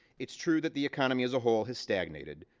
it's true that the economy as a whole has stagnated.